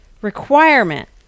requirement